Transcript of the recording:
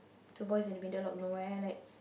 two boys in the middle of nowhere like